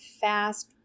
fast